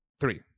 three